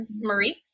Marie